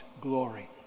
glory